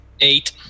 Eight